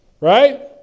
Right